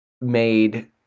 made